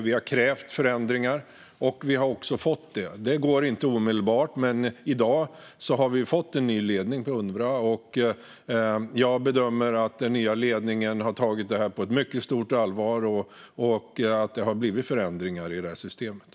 Vi har krävt förändringar, och vi har också fått det. Det skedde inte omedelbart. Men i dag har vi fått en ny ledning för Unrwa, och jag bedömer att den nya ledningen har tagit problemen på mycket stort allvar och att det har blivit förändringar i det här systemet.